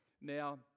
now